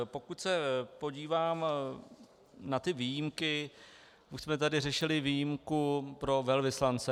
Pokud se podívám na ty výjimky, už jsme tady řešili výjimku pro velvyslance.